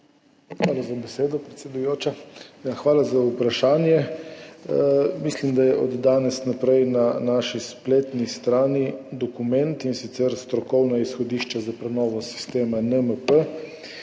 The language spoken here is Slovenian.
Hvala za besedo, predsedujoča. Hvala za vprašanje. Mislim, da je od danes naprej na naši spletni strani dokument, in sicer Strokovna izhodišča za prenovo sistema NMP.